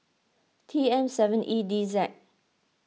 T M seven E D Z